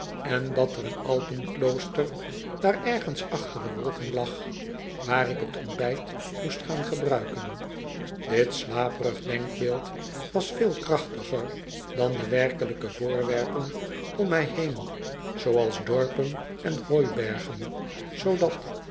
en dat er een alpenklooster daar ergens achter de wolken lag waar ik t ontbijt moest gaan gebruiken dit slaperig denkbeeld was veel krachtiger dan de werkelijke voorwerpen om mij heen zooals dorpen en hooibergen zoodat